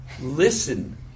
Listen